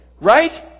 right